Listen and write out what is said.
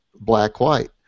black-white